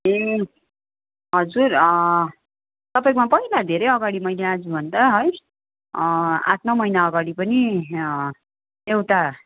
ए हजुर तपाईँकोमा पहिला धेरै अगाडि मैले आजभन्दा है आठ नौ महिना अगाडि पनि एउटा